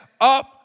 up